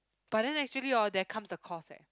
but then actually hor there comes the cost eh